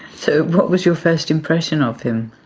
so what was your first impression of him?